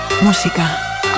música